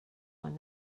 one